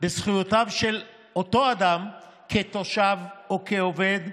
בזכויותיו של אותו אדם כתושב או כעובד.